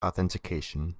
authentication